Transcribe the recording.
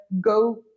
go